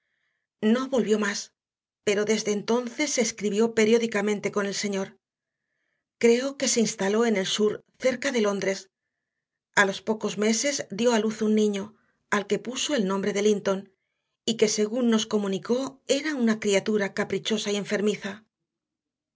no volvió más pero desde entonces se escribió periódicamente con el señor creo que se instaló en el sur cerca de londres a los pocos meses dio a luz a un niño al que puso el nombre de linton y que según nos comunicó era una criatura caprichosa y enfermiza